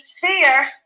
fear